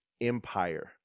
empire